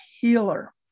healer